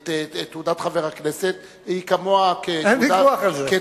חבר הכנסת, כמוה כתעודת, אין ויכוח על זה.